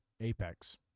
Apex